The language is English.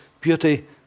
beauty